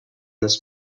this